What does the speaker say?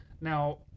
Now